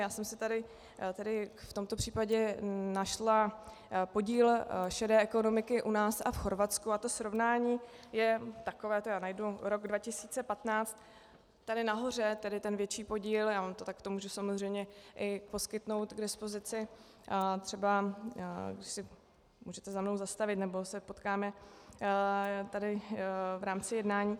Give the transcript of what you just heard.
Já jsem si tady tedy v tomto případě našla podíl šedé ekonomiky u nás a v Chorvatsku a to srovnání je takovéto najdu rok 2015, tady nahoře, tedy ten větší podíl , já vám to takto mohu samozřejmě i poskytnout k dispozici, třeba se můžete za mnou zastavit nebo se potkáme tady v rámci jednání.